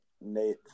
Nate